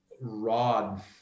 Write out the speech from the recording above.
rod